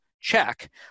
check